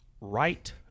right